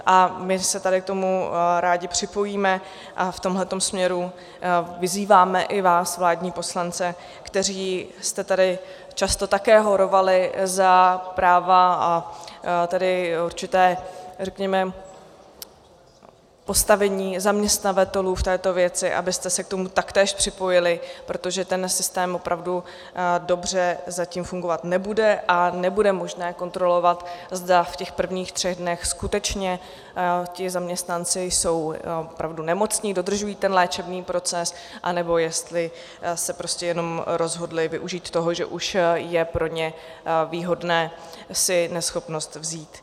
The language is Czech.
A my se tady k tomu rádi připojíme a v tomto směru vyzýváme i vás, vládní poslance, kteří jste tady často také horovali za práva, a tedy určité, řekněme, postavení zaměstnavatelů v této věci, abyste se k tomu taktéž připojili, protože ten systém opravdu dobře zatím fungovat nebude a nebude možné kontrolovat, zda v těch prvních třech dnech skutečně ti zaměstnanci jsou opravdu nemocni, dodržují léčebný proces, anebo jestli se prostě jenom rozhodli využít toho, že už je pro ně výhodné si neschopnost vzít.